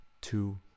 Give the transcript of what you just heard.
two